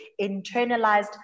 internalized